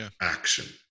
action